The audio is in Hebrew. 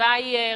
הסיבה היא רפואית.